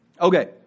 Okay